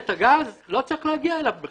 חברת גזגל.